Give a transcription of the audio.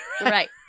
right